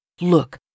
Look